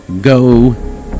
go